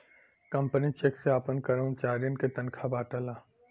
company cheque से आपन करमचारियन के तनखा बांटला